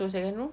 so second room